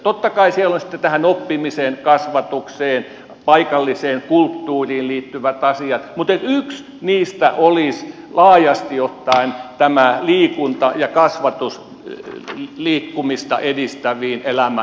totta kai siellä on sitten tähän oppimiseen kasvatukseen paikalliseen kulttuuriin liittyvät asiat mutta näen että yksi niistä olisi laajasti ottaen tämä liikunta ja kasvatus liikkumista edistäviin elämäntapoihin